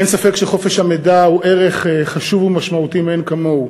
אין ספק שחופש המידע הוא ערך חשוב ומשמעותי מאין כמוהו.